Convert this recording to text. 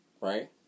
right